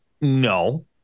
No